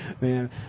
Man